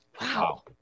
Wow